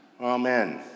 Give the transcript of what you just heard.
Amen